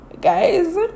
Guys